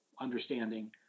understanding